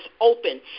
open